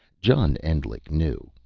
john endlich knew.